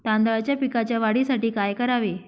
तांदळाच्या पिकाच्या वाढीसाठी काय करावे?